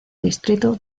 distrito